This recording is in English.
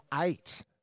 eight